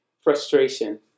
frustration